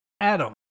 Adam